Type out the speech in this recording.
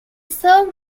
served